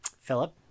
Philip